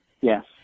Yes